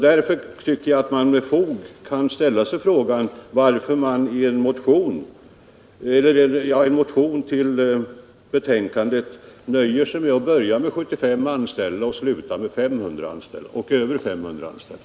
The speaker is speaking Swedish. Därför tycker jag att jag med fog kan ställa frågan varför man i en reservation nöjer sig med att börja med 75 anställda och sluta med över 500 anställda.